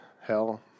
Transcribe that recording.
hell